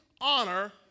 honor